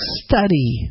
study